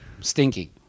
Stinky